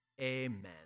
Amen